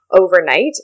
overnight